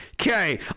okay